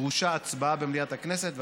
דרושה הצבעה במליאת הכנסת,